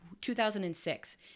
2006